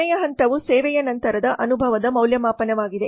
ಕೊನೆಯ ಹಂತವು ಸೇವೆಯ ನಂತರದ ಅನುಭವದ ಮೌಲ್ಯಮಾಪನವಾಗಿದೆ